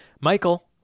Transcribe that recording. Michael